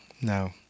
no